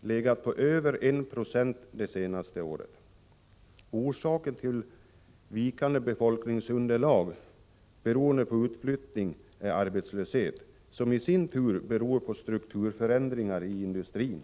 legat på över 1 90 det senaste året. Orsaken till vikande befolkningsunderlag beroende på utflyttning är arbetslöshet, som i sin tur beror på strukturförändringar i industrin.